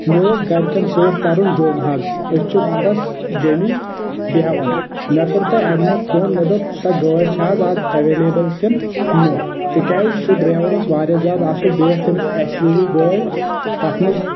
مےٚ اوس گرکٮ۪ن سۭتۍ ترُن جوٚم حظ ٲسۍ چھِ وندس جٔمی بیہوان مےٚ کوٚروُ تۄہہ امہِ مۄکھ فون مےٚ دوٚپ سۄ گٲڑۍ چھِ حظ آز ایٚویلیبٕل کِن نہ تِکیاز سُہ ڈرایور اوس واریاہ زیادٕ اصٕل بییٚہِ ٲس تٔمِس ایس یو وی گٲڑۍ تتھ منٛز